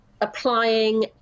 applying